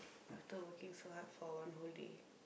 after working so hard for one whole day